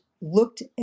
looked